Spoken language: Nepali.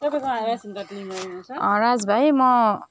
राज भाइ म